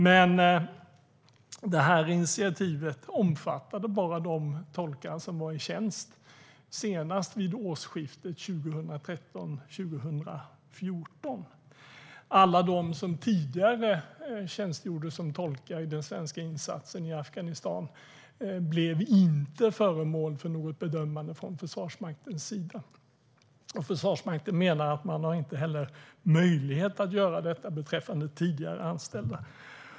Men det här initiativet omfattade bara de tolkar som var i tjänst senast vid årsskiftet 2013/14. Alla de som tidigare tjänstgjorde som tolkar i den svenska insatsen i Afghanistan blev inte föremål för någon bedömning från Försvarsmaktens sida. Försvarsmakten menar att man inte heller har möjlighet att göra detta beträffande tidigare anställda.